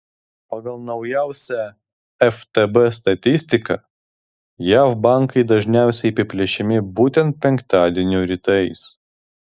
pagal naujausią ftb statistiką jav bankai dažniausiai apiplėšiami būtent penktadienių rytais